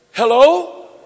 Hello